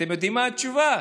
אתם יודעים מה התשובה?